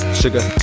sugar